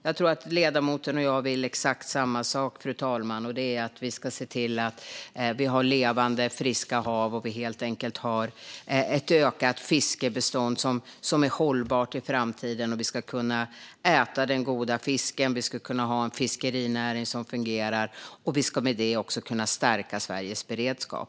Jag tror att ledamoten och jag vill exakt samma sak, nämligen att vi ska se till att vi har levande friska hav och ett ökat fiskbestånd som är hållbart i framtiden. Vi ska kunna äta den goda fisken. Vi ska kunna ha en fiskerinäring som fungerar. Vi ska därmed också kunna stärka Sveriges beredskap.